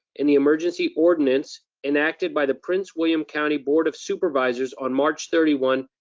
and the emergency ordnance enacted by the prince william county board of supervisors on march thirty one,